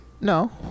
No